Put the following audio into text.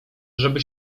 żeby